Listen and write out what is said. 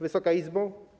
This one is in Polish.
Wysoka Izbo!